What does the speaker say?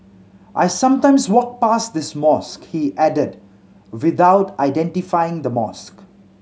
I sometimes walk past this mosque he added without identifying the mosque